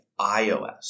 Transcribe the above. iOS